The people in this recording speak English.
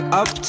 up